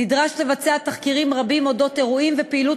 נדרש לבצע תחקירים רבים על אודות אירועים ופעילות